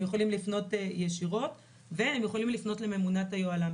הם יכולים לפנות לממונת היוהל"ם.